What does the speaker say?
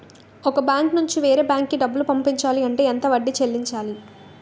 ఒక బ్యాంక్ నుంచి వేరే బ్యాంక్ కి డబ్బులు పంపించాలి అంటే ఎంత వడ్డీ చెల్లించాలి?